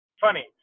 funny